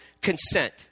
consent